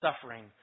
suffering